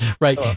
Right